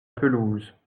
pelouse